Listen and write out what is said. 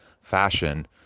fashion